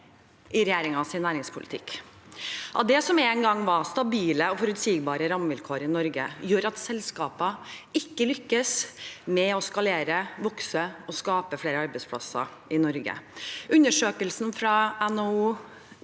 i regjeringens næringspolitikk at det som en gang var stabile og forutsigbare rammevilkår i Norge, gjør at selskaper ikke lykkes med å skalere, vokse og skape flere arbeidsplasser i Norge. Undersøkelsen fra NHO,